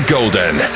Golden